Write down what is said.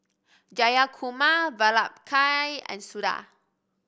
Jayakumar Vallabhbhai and Suda